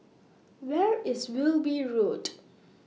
Where IS Wilby Road